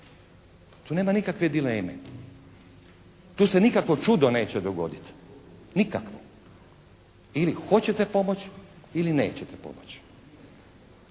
Tu nema nikakve dileme. Tu se nikakvo čudo neće dogoditi. Nikakvo. Ili hoćete pomoći ili nećete pomoći.